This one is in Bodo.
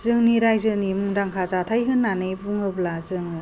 जोंनि रायजोनि मुंदांखा जाथाय होन्नानै बुङोब्ला जों